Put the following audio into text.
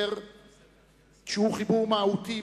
שהוא חיבור מהותי,